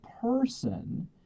person